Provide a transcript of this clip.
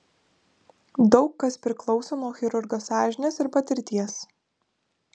daug kas priklauso nuo chirurgo sąžinės ir patirties